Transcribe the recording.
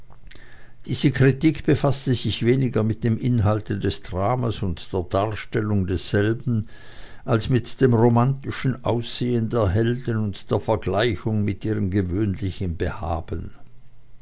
diese kritik befaßte sich weniger mit dem inhalte des dramas und der darstellung desselben als mit dem romantischen aussehen der helden und der vergleichung mit ihrem gewöhnlichen behaben